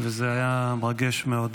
וזה היה מרגש מאוד.